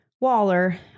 Waller